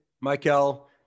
Michael